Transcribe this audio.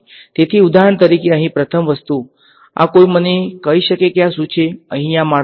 તેથી ઉદાહરણ તરીકે અહીં પ્રથમ વસ્તુ આ કોઈ મને કહી શકે કે આ શું છે અહીં આ માળખું